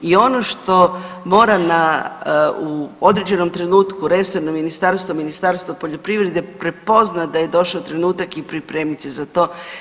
I ono što mora u određenom trenutku resorno ministarstvo, Ministarstvo poljoprivrede prepoznat da je došao trenutak i pripremit se za to.